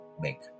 make